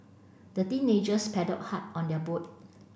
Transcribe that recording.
the teenagers paddled hard on their boat